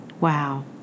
Wow